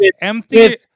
Empty